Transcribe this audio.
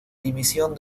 dimisión